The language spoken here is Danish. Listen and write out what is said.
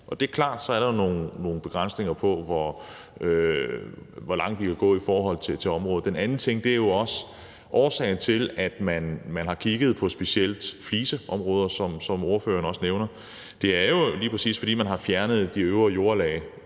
Og det er klart, at så er der nogle begrænsninger på, hvor langt vi kan gå i forhold til området. Den anden ting er, at årsagen til, at man har kigget på specielt fliseområder, som ordføreren også nævner, jo lige præcis er, at man har fjernet de øvre jordlag